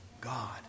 God